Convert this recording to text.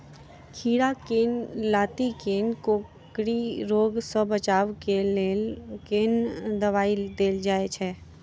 खीरा केँ लाती केँ कोकरी रोग सऽ बचाब केँ लेल केँ दवाई देल जाय छैय?